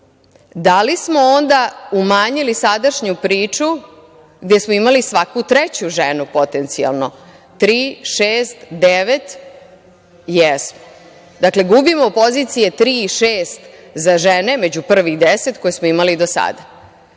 Da li smo onda umanjili sadašnju priču, gde smo imali svaku treću ženu potencijalno - tri, šest, devet? Jesmo. Dakle, gubimo pozicije tri i šest za žene među prvih 10, koje smo imali do sada.